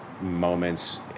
moments